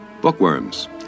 Bookworms